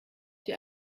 die